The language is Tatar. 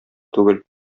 түгел